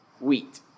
wheat